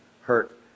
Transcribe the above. hurt